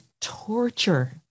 torture